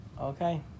Okay